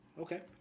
Okay